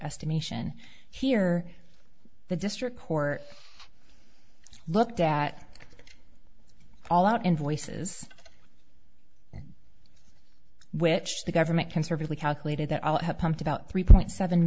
estimation here the district court looked at all out invoices which the government conservatively calculated that pumped about three point seven